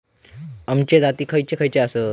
अम्याचे जाती खयचे खयचे आसत?